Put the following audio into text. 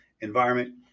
environment